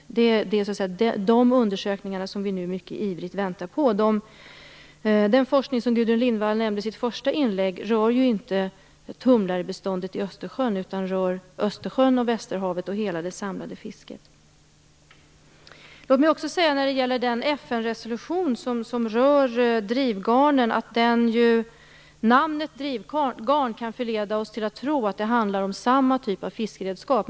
Det är de undersökningarna som vi nu ivrigt väntar på. Den forskning som Gudrun Lindvall nämnde i sitt första inlägg rör inte tumlarbeståndet i Östersjön, utan den rör Östersjön och Västerhavet och hela det samlade fisket. När det gäller den FN-resolution som rör drivgarnen vill jag säga att namnet drivgarn kan förleda oss att tro att det handlar om samma typ av fiskeredskap.